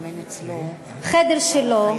החדר שלו,